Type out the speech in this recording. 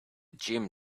gym